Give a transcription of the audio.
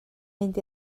mynd